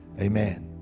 amen